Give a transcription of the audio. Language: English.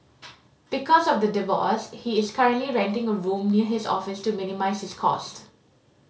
because of the divorce he is currently renting a room near his office to minimise his cost